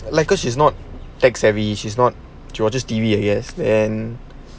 like cause she's not tech savvy she's not she watches T_V uh yes and